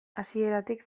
hasieratik